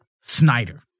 Snyder